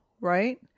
right